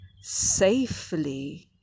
safely